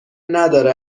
نداره